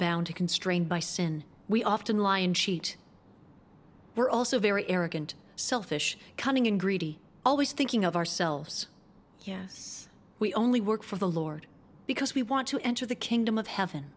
bound to constrained by sin we often lie and cheat we're also very arrogant selfish cunning and greedy always thinking of ourselves yes we only work for the lord because we want to enter the kingdom of heaven